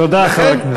תודה לחבר הכנסת ברכה.